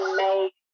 make